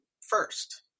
first